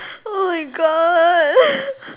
oh my God